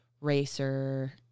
racer